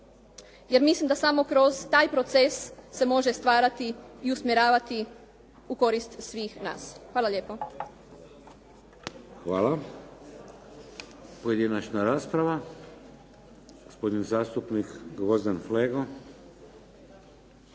Jer mislim da samo kroz taj proces se može stvarati i usmjeravati u korist svih nas. Hvala lijepo. **Šeks, Vladimir (HDZ)** Hvala. Pojedinačna rasprava. Gospodin zastupnik Gvozden Flego.